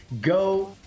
go